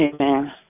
Amen